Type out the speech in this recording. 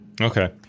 Okay